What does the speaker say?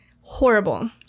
Horrible